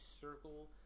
circle